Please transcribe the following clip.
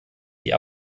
die